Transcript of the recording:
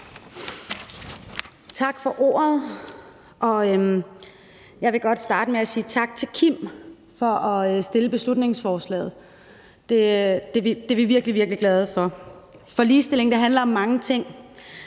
Tak for ordet. Og jeg vil godt starte med at sige tak til Kim for at fremsætte beslutningsforslaget. Det er vi virkelig, virkelig glade for, for ligestilling handler om mange ting.